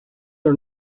are